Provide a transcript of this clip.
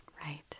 Right